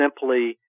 Simply